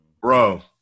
bro